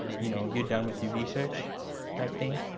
you know you're done with your research type thing.